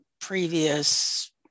previous